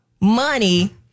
money